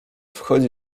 wchodzi